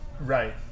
Right